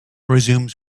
resumes